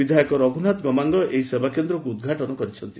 ବିଧାୟକ ରଘୁନାଥ ଗମାଙ୍ଗ ଏହି ସେବା କେନ୍ଦ୍ରକୁ ଉଦ୍ଘାଟିତ କରିଛନ୍ତି